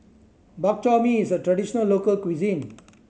Bak Chor Mee is a traditional local cuisine